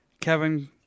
Kevin